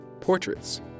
Portraits